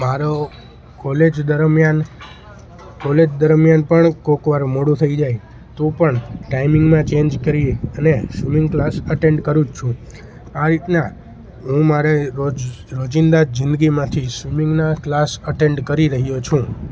મારો કોલેજ દરમિયાન કોલેજ દરમિયાન પણ કોઈકવાર મોડું થઈ જાય તો પણ ટાઈમિંગમાં ચેન્જ કરી અને સ્વિમિંગ ક્લાસ અટેન્ડ કરું જ છું આ રીતના હું મારે રોજ રોજિંદા જિંદગીમાંથી સ્વિમિંગના ક્લાસ અટેન્ડ કરી રહ્યો છું